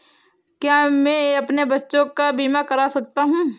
क्या मैं अपने बच्चों का बीमा करा सकता हूँ?